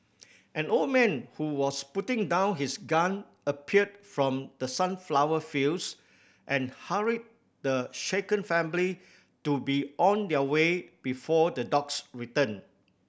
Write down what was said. an old man who was putting down his gun appeared from the sunflower fields and hurried the shaken family to be on their way before the dogs return